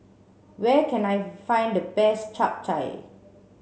where can I find the best Chap Chai